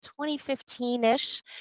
2015-ish